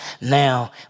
Now